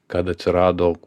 kad atsirado